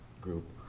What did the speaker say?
group